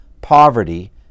poverty